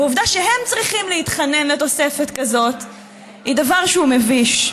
והעובדה שהם צריכים להתחנן לתוספת כזאת היא דבר מביש.